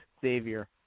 Xavier